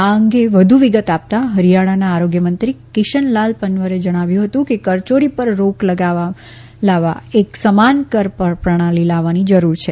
આ અંગે વધુ વિગત આપતાં હરીયાણાના આરોગ્ય મંત્રી ક્રિશન લાલ પન્વરે જણાવ્યું હતું કે કરચોરી પર રોક લાવવા એક સમાન કર પ્રણાલી લાવવાની જરૂર છે